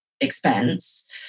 expense